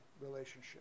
relationship